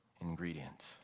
ingredient